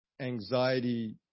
anxiety